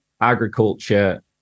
agriculture